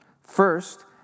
First